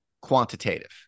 quantitative